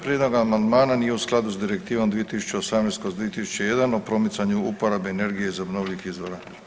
Prijedlog amandmana nije u skladu s Direktivom 2018/2001 o promicanju uporabe energije iz obnovljivih izvora.